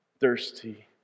thirsty